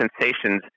sensations